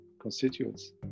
constituents